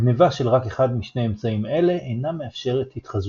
גנבה של רק אחד משני אמצעים אלה אינה מאפשרת התחזות.